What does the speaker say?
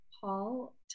Paul